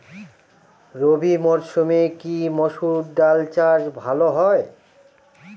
রবি মরসুমে কি মসুর ডাল চাষ ভালো হয়?